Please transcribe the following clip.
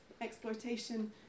exploitation